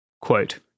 quote